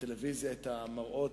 בטלוויזיה את המראות,